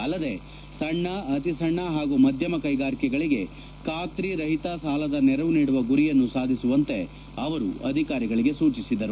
ಅಲ್ಲದೆ ಸಣ್ಣ ಅತಿಸಣ್ಣ ಹಾಗೂ ಮಧ್ಯಮ ಕ್ವೆಗಾರಿಕೆಗಳಿಗೆ ಖಾತ್ರಿ ರಹಿತ ಸಾಲದ ನೆರವು ನೀಡುವ ಗುರಿಯನ್ನು ಸಾಧಿಸುವಂತೆ ಅವರು ಅಧಿಕಾರಿಗಳಿಗೆ ಸೂಚಿಸಿದರು